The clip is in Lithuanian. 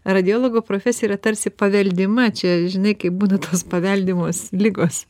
radiologo profesija yra tarsi paveldima čia žinai kaip būna tos paveldimos ligos